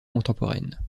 contemporaine